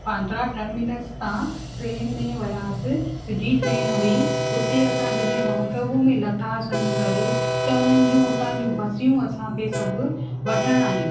Bandra terminals तां train में वियासीं सिधी ट्रेन हुई हुते असां जॾहिं माउंट आबूअ में लथासीं वञी करे त हुननि जूं हुतां जूं बसियूं असांखे सभु वठणु आहियूं